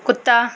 कुत्ता